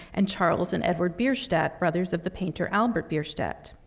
and charles and edward bierstadt, brothers of the painter albert bierstadt.